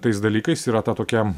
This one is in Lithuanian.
tais dalykais yra ta tokia